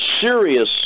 serious